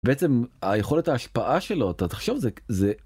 בעצם היכולת ההשפעה של אותה תחשוב זה זה.